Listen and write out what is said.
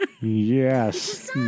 Yes